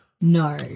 No